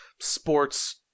sports